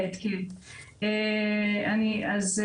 רוצה